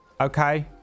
Okay